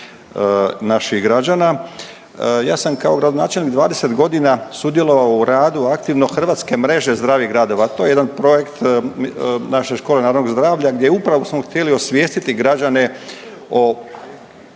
naših građana. Ja sam kao gradonačelnik 20 godina sudjelovao u radu aktivno Hrvatske mreže zdravih gradova, ali to je jedan projekt naše Škole narodnog zdravlja gdje upravo smo htjeli osvijestiti građane o